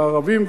וערבים,